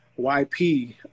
YP